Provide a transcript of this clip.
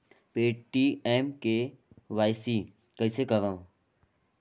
Paytm मे KYC कइसे करव?